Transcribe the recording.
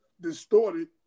distorted